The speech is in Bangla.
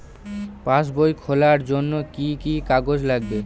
পাসবই খোলার জন্য কি কি কাগজ লাগবে?